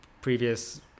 previous